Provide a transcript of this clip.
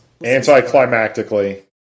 Anticlimactically